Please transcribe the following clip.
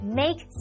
make